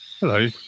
Hello